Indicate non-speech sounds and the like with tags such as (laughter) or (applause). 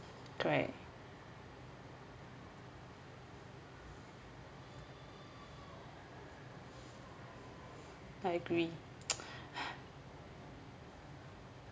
correct I agree (noise)